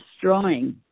destroying